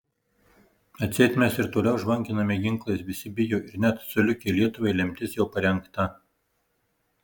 atseit mes ir toliau žvanginame ginklais visi bijo ir net coliukei lietuvai lemtis jau parengta